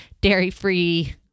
dairy-free